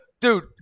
Dude